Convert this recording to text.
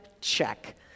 check